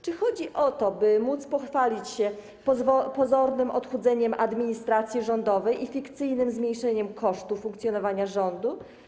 Czy chodzi o to, by móc pochwalić się pozornym odchudzeniem administracji rządowej i fikcyjnym zmniejszeniem kosztów funkcjonowania rządu?